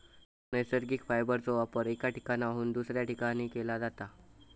नैसर्गिक फायबरचो वापर एका ठिकाणाहून दुसऱ्या ठिकाणी केला जाता